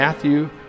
Matthew